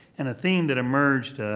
and a theme that emerged,